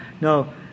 no